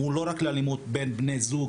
הוא לא רק לאלימות בין בני זוג,